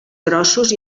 grossos